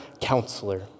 counselor